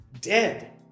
dead